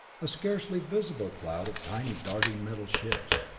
a scarcely visible cloud of tiny darting metal ships.